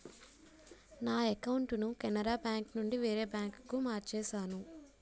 నా అకౌంటును కెనరా బేంకునుండి వేరే బాంకుకు మార్చేను